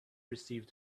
received